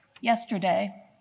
Yesterday